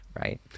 right